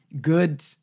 good